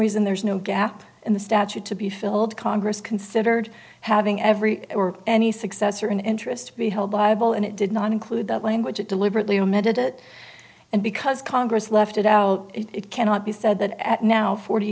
reason there is no gap in the statute to be filled congress considered having every or any successor in interest be held liable and it did not include that language it deliberately omitted it and because congress left it out it cannot be said that at now forty